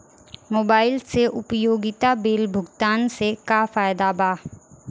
Mobile से उपयोगिता bill भुगतान से का फायदा बा?